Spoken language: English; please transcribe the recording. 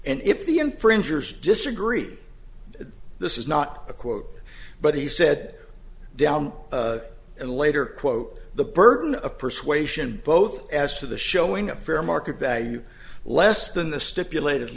and if the infringers disagree that this is not a quote but he said down at a later quote the burden of persuasion both as to the showing a fair market value less than the stipulated